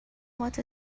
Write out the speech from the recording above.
what